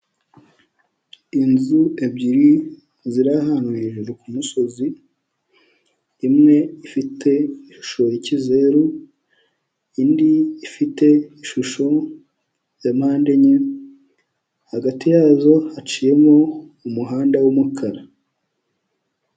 Inzu ebyiri ziri ahantu hejuru ku musozi imwe ifite ishusho y'ikizeru indi ifite ishusho ya mpande enye, hagati yazo haciyemo umuhanda w'umukara.